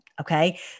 okay